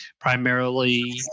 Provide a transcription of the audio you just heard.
primarily